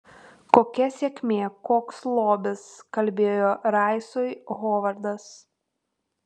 kokia sėkmė koks lobis kalbėjo raisui hovardas